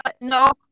no